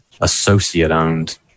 associate-owned